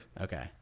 Okay